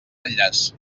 enllaç